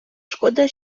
шкода